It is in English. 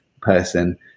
person